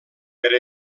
per